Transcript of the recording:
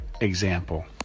example